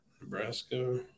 Nebraska